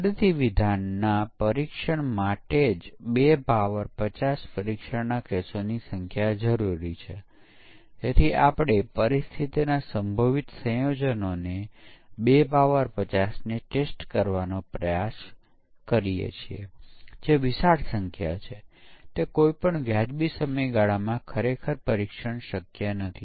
programme element statement હોઈ શકે છે તે કોઈ લૂપ હોઈ શકે છે અથવા if હોઈ શકે છે તેથી તે કોઈ સ્થિતિની તપાસ કરવી નિવેદન માટે તપાસવું વગેરે દર્શાવે છે